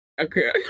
Okay